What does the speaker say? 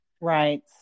right